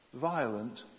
violent